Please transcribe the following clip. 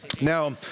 Now